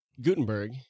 Gutenberg